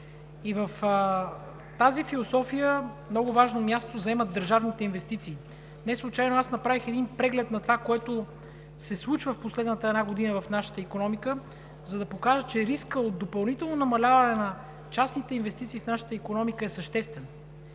В тази философия много важно място заемат държавните инвестиции. Неслучайно аз направих един преглед на това, което се случва в последната една година в нашата икономика, за да покажа, че рискът от допълнително намаляване на частните инвестиции в нашата икономика е съществен.